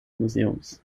museums